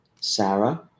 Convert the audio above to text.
Sarah